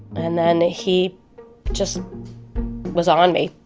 and then he just was on me,